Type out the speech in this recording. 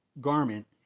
garment